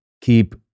keep